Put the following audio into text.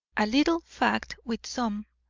a little fact, which some,